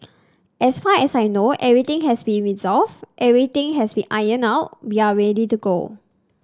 as far as I know everything has been resolved everything has been ironed out we are ready to go